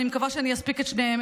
ואני מקווה שאני אספיק את שניהם.